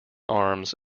arms